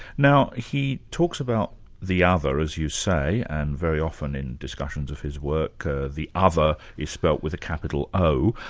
now he talks about the other, as you say, and very often in discussions of his work the other is spelt with a capital o.